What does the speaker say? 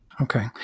Okay